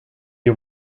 you